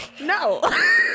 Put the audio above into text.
No